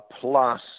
plus